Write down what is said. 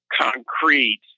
concrete